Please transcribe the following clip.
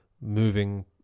moving